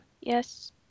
yes